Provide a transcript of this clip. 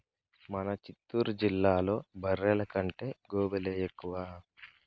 మన చిత్తూరు జిల్లాలో బర్రెల కంటే గోవులే ఎక్కువ